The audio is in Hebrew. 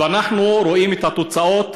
ואנחנו רואים את התוצאות,